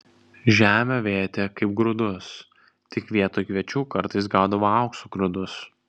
žemę vėtė kaip grūdus tik vietoj kviečių kartais gaudavo aukso grūdus